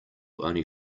only